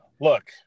Look